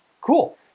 cool